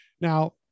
Now